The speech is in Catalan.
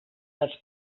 els